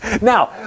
Now